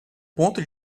ponto